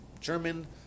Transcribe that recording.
German